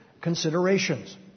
considerations